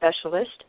Specialist